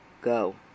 Go